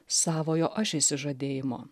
savojo aš išsižadėjimo